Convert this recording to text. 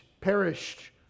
perished